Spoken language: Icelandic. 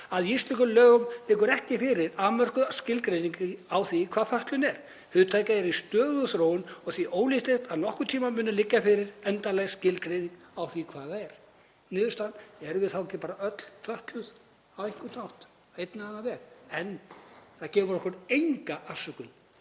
að í íslenskum lögum liggi ekki fyrir afmörkuð skilgreining á því hvað fötlun er. Hugtakið sé í stöðugri þróun og því ólíklegt að nokkurn tíma muni liggja fyrir endanleg skilgreining á því hvað það er. Niðurstaðan: Erum við þá ekki bara öll fötluð á einhvern hátt, á einn eða annan veg? En það gefur okkur enga afsökun